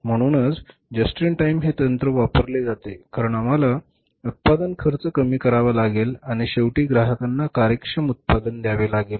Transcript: म्हणूनच just in time हे तंत्र वापरले जाते कारण आम्हाला उत्पादन खर्च कमी करावा लागेल आणि शेवटी ग्राहकांना कार्यक्षम उत्पादन द्यावे लागेल